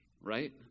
Right